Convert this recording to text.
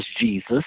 Jesus